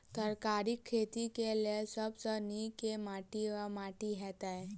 तरकारीक खेती केँ लेल सब सऽ नीक केँ माटि वा माटि हेतै?